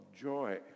joy